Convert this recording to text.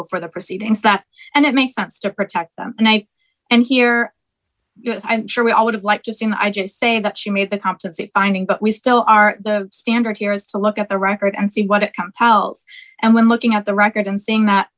before the proceedings that and it makes sense to protect them and i and here yes i'm sure we all would have liked to see him i just say that she made the competency finding but we still are the standard here is to look at the record and see what it compiles and when looking at the record and seeing that